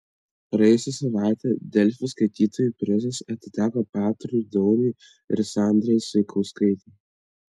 praėjusią savaitę delfi skaitytojų prizas atiteko petrui dauniui ir sandrai saikauskaitei